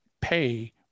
pay